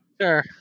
Sure